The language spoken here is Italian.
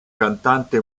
cantante